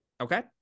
Okay